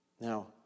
Now